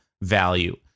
value